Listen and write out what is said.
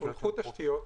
הונחו תשתיות